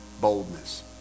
boldness